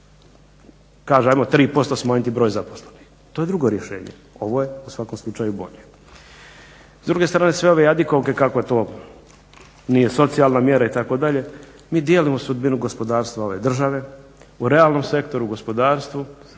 kaže ajmo 3% smanjiti broj zaposlenih. To je drugo rješenje. Ovo je u svakom slučaju bolje. S druge strane sve ove jadikovke kako je to nije socijalna mjera itd. mi dijelimo sudbinu gospodarstva ove države, u realnom sektoru, u gospodarstvu,